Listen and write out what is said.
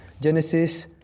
Genesis